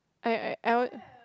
I I I would